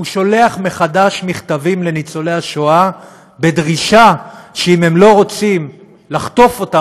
הוא שולח מחדש מכתבים לניצולי השואה בדרישה שאם הם לא רוצים לחטוף אותה,